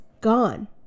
Gone